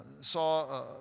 saw